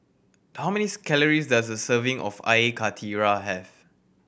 how manys calories does a serving of karthira have